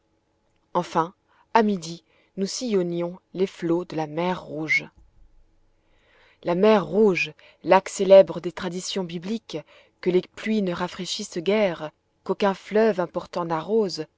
enfin à midi nous sillonnions les flots de la mer rouge la mer rouge lac célèbre des traditions bibliques que les pluies ne rafraîchissent guère qu'aucun fleuve important n'arrose